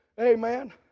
Amen